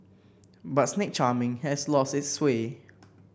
but snake charming has lost its sway